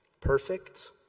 perfect